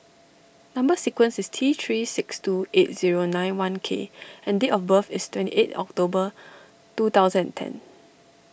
Number Sequence is T three six two eight zero nine one K and date of birth is twenty eight October two thousand and ten